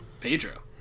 Pedro